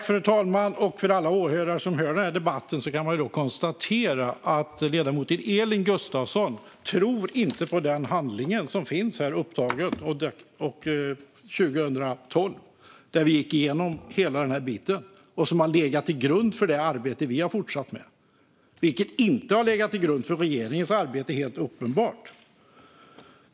Fru talman! Inför alla åhörare till den här debatten vill jag konstatera att ledamoten Elin Gustafsson inte tror på den handling som finns upptagen här sedan 2012 där vi gick igenom hela den här biten och som har legat till grund för det arbete som vi har fortsatt med men som helt uppenbart inte har legat till grund för regeringens arbete.